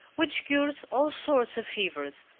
which cures all sorts of fevers,